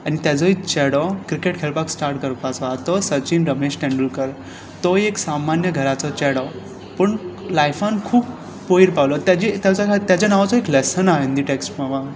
आनी ताजोय चेडो क्रिकेट खेळपाक स्टार्ट करपाचो आसा तो सचिन रमेश तेंडुलकर तोवूय एक सामान्य घराचो चेडो पूण लायफान खूब वयर पावलो ताजी ताज्या ताज्या नांवाचो एक लेसन आसा हिंदीन टॅक्स बुकान